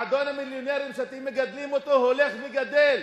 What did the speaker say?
מועדון המיליונים, שאתם מגדלים אותו, הולך וגדל.